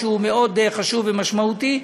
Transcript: שהוא מאוד חשוב ומשמעותי,